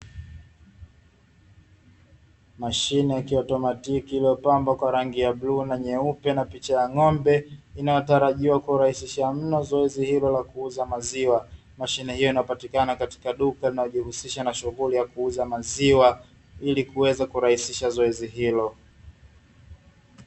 Mashine ya kiautomatiki iliyopambwa kwa rangi ya bluu na nyeupe na picha ya ng'ombe inayotarajiwa kurahisisha mno zoezi hilo la kuuza maziwa. Mashine hiyo inapatikana katika duka linalojihusisha na shughuli ya kuuza maziwa ili kuweza kurahisisha zoezi hilo.